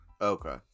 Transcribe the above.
okay